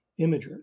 imager